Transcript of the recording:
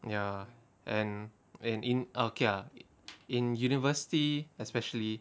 ya and and in okay ah in university especially